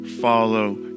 follow